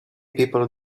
people